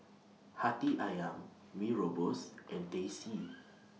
Hati Ayam Mee Rebus and Teh C